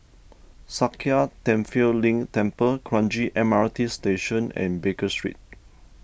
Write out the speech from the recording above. Sakya Tenphel Ling Temple Kranji M R T Station and Baker Street